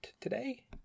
today